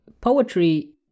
poetry